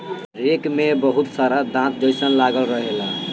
rake में बहुत सारा दांत जइसन लागल रहेला